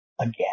again